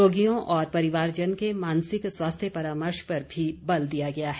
रोगियों और परिवारजन के मानसिक स्वास्थ्य परामर्श पर भी बल दिया गया है